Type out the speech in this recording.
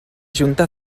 junta